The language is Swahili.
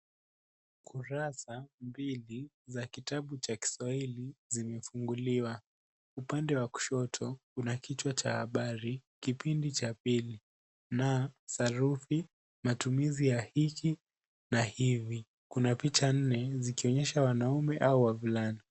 Kurasa mbili za kitabu cha kiswahili zimefunguliwa. Upande wa kushoto una kichwa cha habari kipindi cha pili na sarufi matumizi ya hiki na hivi. Kuna picha nne zikionyesha wanaume au wavulana.